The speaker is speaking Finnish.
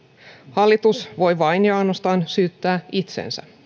hallitus voi vain ja ainoastaan syyttää itseänsä